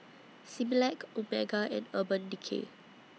Similac Omega and Urban Decay